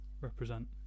represent